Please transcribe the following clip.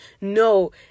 No